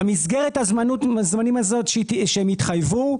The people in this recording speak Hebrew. במסגרת הזמנים הזאת שהם יתחייבו,